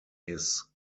his